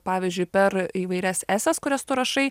pavyzdžiui per įvairias eses kurias tu rašai